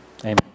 Amen